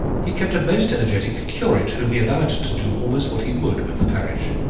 he kept a most energetic curate, whom he allowed to do almost what he would with the parish.